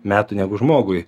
metų negu žmogui